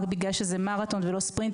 רק בגלל שזה מרתון ולא ספרינט,